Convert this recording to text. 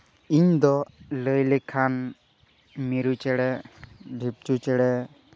ᱤᱧ ᱫᱚ ᱞᱟᱹᱭ ᱞᱮᱠᱷᱟᱱ ᱢᱤᱨᱩ ᱪᱮᱬᱮ ᱰᱷᱤᱯᱪᱩ ᱪᱮᱬᱮ